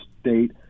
state